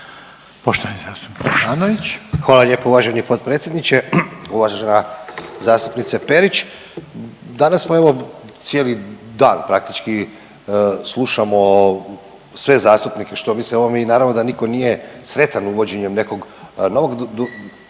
**Ivanović, Goran (HDZ)** Hvala lijepo uvaženi potpredsjedniče, uvažena zastupnice Perić. Danas smo evo cijeli dan praktički slušamo sve zastupnike što misle o ovom. Naravno da nitko nije sretan uvođenjem nekog novog poreza,